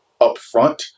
upfront